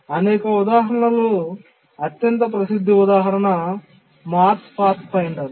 ఈ అనేక ఉదాహరణలలో అత్యంత ప్రసిద్ధ ఉదాహరణ మార్స్ పాత్ఫైండర్